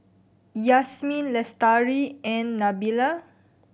Yasmin Lestari and Nabila